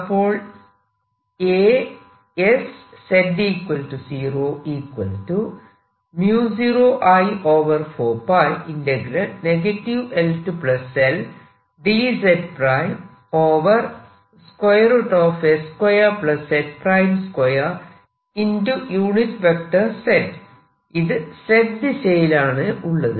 അപ്പോൾ ഇത് Z ദിശയിലാണ് ഉള്ളത്